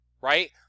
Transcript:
Right